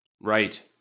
Right